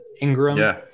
Ingram